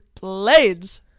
blades